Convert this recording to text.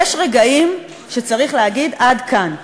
יש רגעים שצריך להגיד: עד כאן.